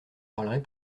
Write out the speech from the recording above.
parlerai